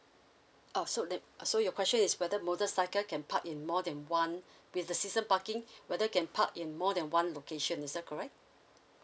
oh so that so your question is whether motorcycle can park in more than one with the season parking whether can park in more than one location is that correct